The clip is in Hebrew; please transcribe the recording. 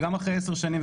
וגם אחרי עשר שנים,